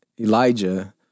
Elijah